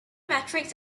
metrics